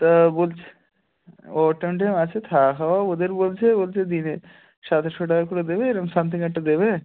তা বলছে overtime time আছে থাকা খাওয়াও ওদের বলছে বলছে দিনে সাতাশশো টাকা করে দেবে এরম সামথিং একটা দেবে